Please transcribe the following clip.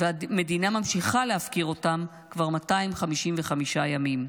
והמדינה ממשיכה להפקיר אותם כבר 255 ימים.